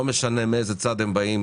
לא משנה מאיזה צד הם באים,